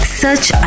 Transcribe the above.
search